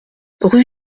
rue